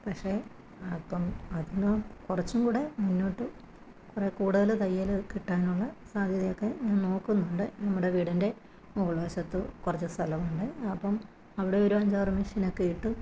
പക്ഷെ അപ്പോള് അതില്നിന്നും കുറച്ചുംകൂടെ മുന്നോട്ടു കുറെ കൂടുതല് തയ്യല് കിട്ടാനുള്ള സാധ്യതയൊക്കെ ഞാൻ നോക്കുന്നുണ്ട് നമ്മുടെ വീടിൻ്റെ മുകൾവശത്ത് കുറച്ച് സ്ഥലമുണ്ട് അപ്പോള് അവിടൊരു അഞ്ചാറ് മെഷീനൊക്കെയിട്ട്